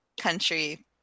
country